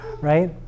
right